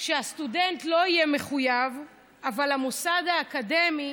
שהסטודנט לא יהיה מחויב אבל המוסד האקדמי